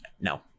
No